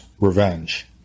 revenge